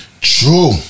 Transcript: True